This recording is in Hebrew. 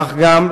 כך גם,